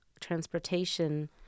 transportation